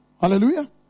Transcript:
Hallelujah